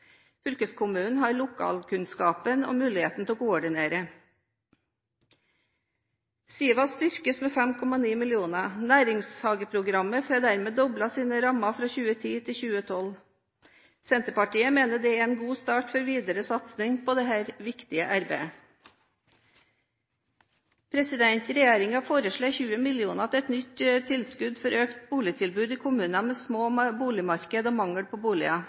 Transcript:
Fylkeskommunen har lokalkunnskapen og muligheten til å koordinere. SIVA styrkes med 5,9 mill. kr. Næringshageprogrammet får dermed doblet sine rammer fra 2010 til 2012. Senterpartiet mener det er en god start for videre satsing på dette viktige arbeidet. Regjeringen foreslår 20 mill. kr til et nytt tilskudd for økt boligtilbud i kommuner med små boligmarkeder og mangel på boliger.